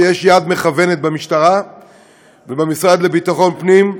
שיש יד מכוונת במשטרה ובמשרד לביטחון פנים,